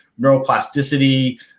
neuroplasticity